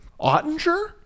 Ottinger